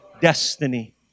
destiny